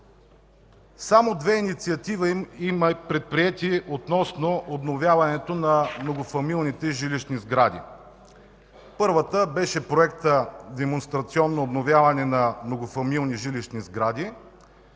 само две инициативи относно обновяването на многофамилните жилищни сгради. Първата беше Проектът „Демонстрационно обновяване на многофамилни жилищни сгради”,